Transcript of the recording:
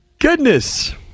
goodness